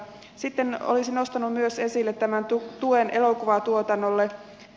sitten olisin nostanut myös esille tämän tuen elokuvatuotannolle